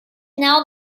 now